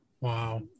Wow